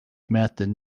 method